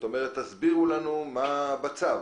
תסבירו לנו מה יש בצו.